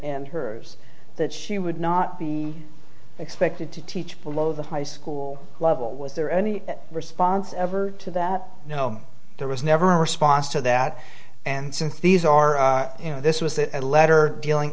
and hers that she would not be expected to teach below the high school level was there any response ever to that no there was never a response to that and since these are you know this was a letter dealing